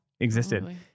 existed